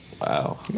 Wow